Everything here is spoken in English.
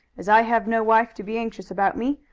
as i have no wife to be anxious about me,